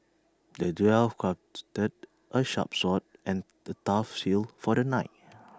the dwarf crafted A sharp sword and A tough shield for the knight